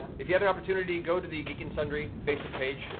if you have an opportunity, go to the geek and sundry facebook page,